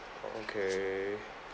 okay